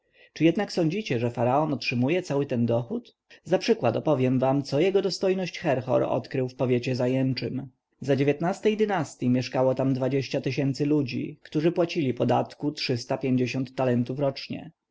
czy jednak sądzicie że faraon otrzymuje cały ten dochód za przykład opowiem wam co jego dostojność herhor odkrył w powiecie aję czym a ej dynastyi mieszkało tam dwadzieścia tysięcy ludzi którzy płacili podatku trzysta pięćdziesiąt talentów rocznie